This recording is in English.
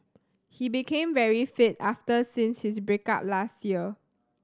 he became very fit after since his break up last year